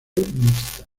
mixta